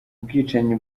bwicanyi